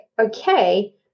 okay